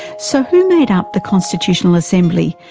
so who made up the constitutional assembly,